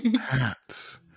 hats